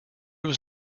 was